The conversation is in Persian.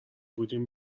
بودیم